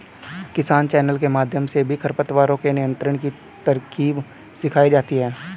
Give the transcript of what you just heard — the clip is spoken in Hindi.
किसान चैनल के माध्यम से भी खरपतवारों के नियंत्रण की तरकीब सिखाई जाती है